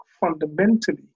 fundamentally